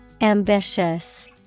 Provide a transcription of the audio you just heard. Ambitious